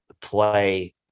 play